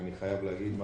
ואני חייב להגיד,